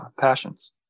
passions